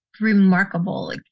remarkable